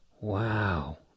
Wow